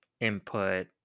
input